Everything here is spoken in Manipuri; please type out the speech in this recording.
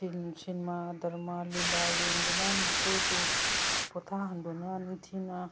ꯁꯤꯟꯃꯥ ꯗꯔꯃꯥ ꯂꯤꯂꯥ ꯌꯦꯡꯗꯨꯅ ꯃꯈꯣꯏꯕꯨ ꯄꯣꯊꯥꯍꯟꯗꯨꯅ ꯅꯤꯡꯊꯤꯅ